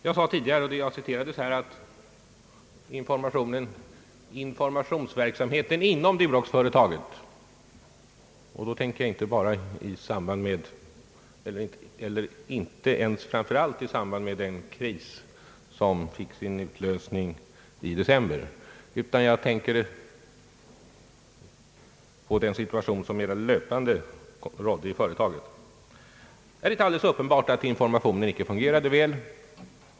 Jag sade tidigare, och det har citerats, att informationsverksamheten inom Duroxföretagen — jag tänker inte framför allt på informationen i samband med den kris som fick sin utlösning i december, utan på den mer löpande informationen i företaget — uppenbart inte fungerade väl.